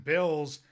Bills